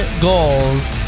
goals